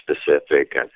specific